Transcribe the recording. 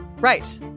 right